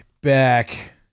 back